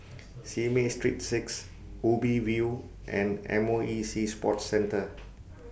Simei Street six Ubi View and M O E Sea Sports Centre